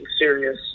serious